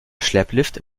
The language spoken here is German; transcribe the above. schlepplift